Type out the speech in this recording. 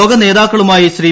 ലോക നേതാക്കളുമായി ശ്രീ